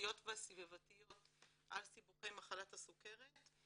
התורשתיות והסביבתיות על סיבוכי מחלת הסוכרת.